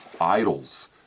idols